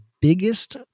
biggest